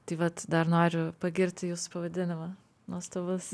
tai vat dar noriu pagirti jūsų pavadinimą nuostabus